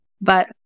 but-